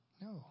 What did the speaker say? No